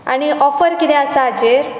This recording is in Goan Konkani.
आनी ऑफर कितें आसा हाचेर